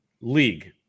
League